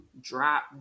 drop